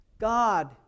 God